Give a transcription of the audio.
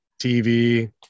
tv